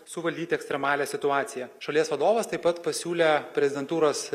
suvaldyti ekstremalią situaciją šalies vadovas taip pat pasiūlė prezidentūros